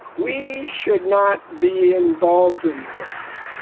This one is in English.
we should not be involved in this.